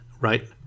right